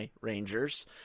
Rangers